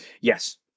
Yes